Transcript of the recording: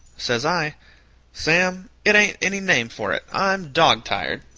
says i sam, it ain't any name for it! i'm dog-tired.